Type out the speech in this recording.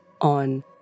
on